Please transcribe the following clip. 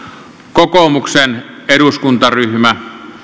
kokoomuksen eduskuntaryhmä